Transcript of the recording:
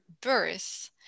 birth